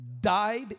died